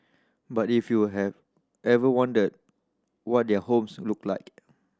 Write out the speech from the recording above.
but if you have ever wondered what their homes look like